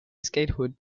statehood